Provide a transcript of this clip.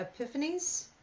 epiphanies